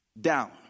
down